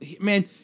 man